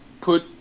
put